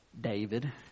David